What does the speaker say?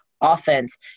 offense